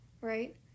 right